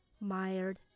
mired